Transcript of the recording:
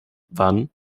wann